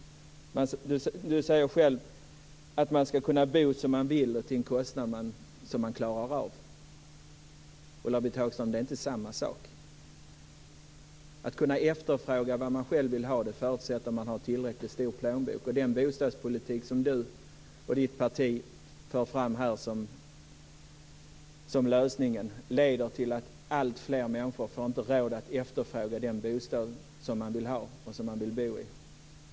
Ulla-Britt Hagström säger själv att man ska kunna bo som man vill och till en kostnad som man klarar av. Det är inte samma sak. Att kunna efterfråga vad man själv vill ha förutsätter att man en tillräckligt stor plånbok. Den bostadspolitik som Ulla-Britt Hagström och hennes parti för fram här som lösningen leder till att det är alltfler människor som inte får råd att efterfråga den bostad som de vill ha och som de vill bo i.